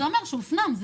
זה אומר שהדבר הופנם,